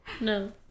No